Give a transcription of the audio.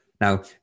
Now